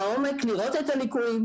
לראות את הליקויים,